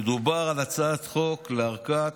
מדובר על הצעת חוק להארכת